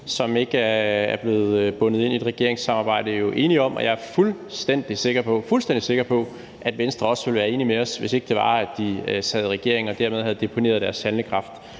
som ikke har bundet sig til et regeringssamarbejde, er enige om det, og jeg er fuldstændig sikker på, at Venstre også ville være enige med os, hvis ikke de sad i regering og dermed havde deponeret deres handlekraft